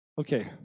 Okay